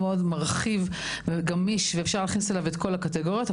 מרחיב וגמיש ואפשר להכניס אליו את כל הקטגוריות,